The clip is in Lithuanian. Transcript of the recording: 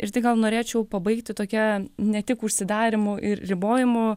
ir štai gal norėčiau pabaigti tokia ne tik užsidarymų ir ribojimų